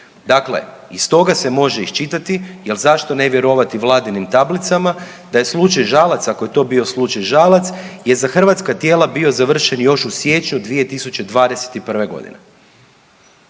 Dakle, iz toga se može iščitati jer zašto ne vjerovati vladinim tablicama da je slučaj Žalac, ako je to bio slučaj Žalac je za hrvatska tijela bio završen još u siječnju 2021. godine.